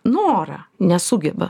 norą nesugeba